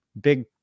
big